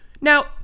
Now